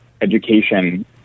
education